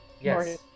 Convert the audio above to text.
Yes